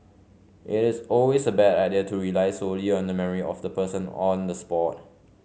it is always a bad idea to rely solely on the memory of the person on the spot